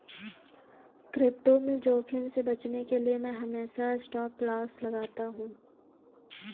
crypto में जोखिम से बचने के लिए मैं हमेशा स्टॉपलॉस लगाता हूं